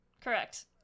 Correct